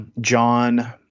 John